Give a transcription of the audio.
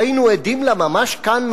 והיינו עדים לה ממש כאן,